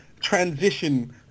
transition